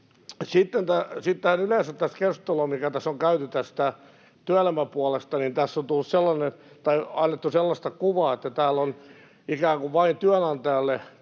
Sitten yleensä tämä keskustelu, mitä tässä on käyty työelämäpuolesta: Tässä on annettu sellaista kuvaa, että täällä on ikään kuin vain työnantajalle